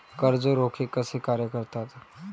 कर्ज रोखे कसे कार्य करतात?